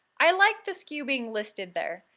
i like the sku being listed there.